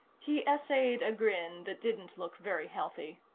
he essayed a grin that didn't look very healthy.